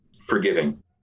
forgiving